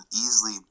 easily